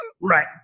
right